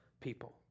people